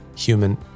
human